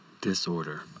disorder